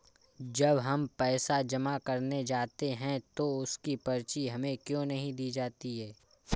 जब हम पैसे जमा करने जाते हैं तो उसकी पर्ची हमें क्यो नहीं दी जाती है?